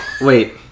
Wait